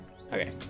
Okay